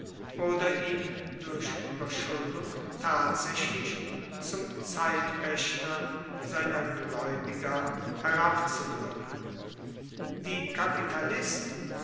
oder ihn durch ueberschuldung tatsaechlich zum zeitpaechter seiner glaeubiger herabzudruecken die kapitalisten